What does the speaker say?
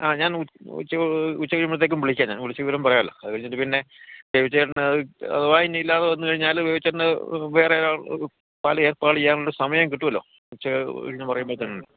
ആ ഞാൻ ഉച്ച ഉച്ച കഴിയുമ്പത്തേക്കും വിളിക്കാം ഞാൻ വിളിച്ച് വിവരം പറയാലോ അത് കഴിഞ്ഞിട്ട് പിന്നെ ബേബി ചേട്ടൻ പിന്നെ അഥവാ ഇനി ഇല്ലാന്ന് വന്ന് കഴിഞ്ഞാല് ബേബി ചേട്ടന് വേറെ പാൽ ഏർപ്പാട് ചെയ്യാനുള്ള സമയം കിട്ടുമല്ലോ ഉച്ച കഴിഞ്ഞു പറയുമ്പത്തേനും